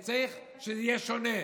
זה צריך להיות שונה,